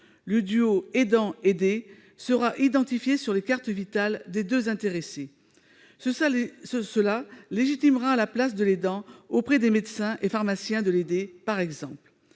Le duo aidant-aidé sera identifié sur les cartes Vitale des deux intéressés. Cela légitimera la place de l'aidant auprès des médecins et pharmaciens de l'aidé, par exemple.